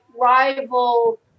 rival